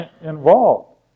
involved